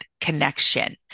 connection